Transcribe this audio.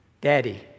daddy